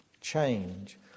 change